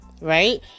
right